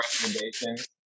recommendations